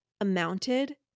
amounted